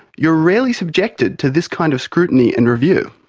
you are rarely subjected to this kind of scrutiny and review.